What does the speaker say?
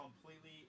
completely